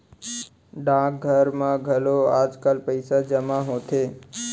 डाकघर म घलौ आजकाल पइसा जमा होथे